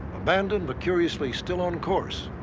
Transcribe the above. abandoned but curiously still on course.